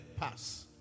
pass